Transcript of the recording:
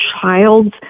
child's